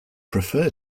prefer